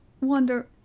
wonder—